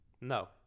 No